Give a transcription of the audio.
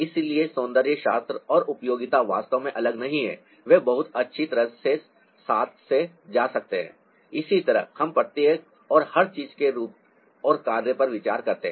इसलिए सौंदर्यशास्त्र और उपयोगिता वास्तव में अलग नहीं हैं वे बहुत अच्छी तरह से हाथ से जा सकते हैं इसी तरह हम प्रत्येक और हर चीज के रूप और कार्य पर विचार करते हैं